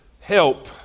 help